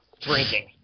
drinking